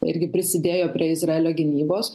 irgi prisidėjo prie izraelio gynybos